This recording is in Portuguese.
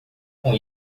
com